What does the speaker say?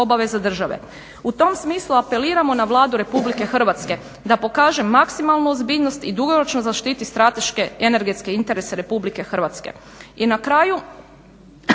U tom smislu apeliramo na Vladu Republike Hrvatske da pokaže maksimalnu ozbiljnost i dugoročno zaštiti strateške energetske interese Republike Hrvatske. I na kraju,